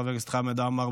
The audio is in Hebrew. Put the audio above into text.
חבר הכנסת חמד עמאר,